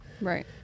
Right